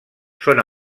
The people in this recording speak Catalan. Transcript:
són